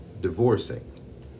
divorcing